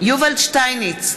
שטייניץ,